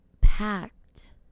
packed